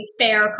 fair